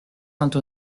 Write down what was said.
sainte